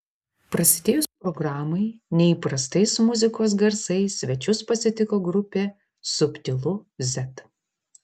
prasidėjus programai neįprastais muzikos garsais svečius pasitiko grupė subtilu z